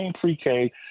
pre-K